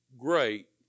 great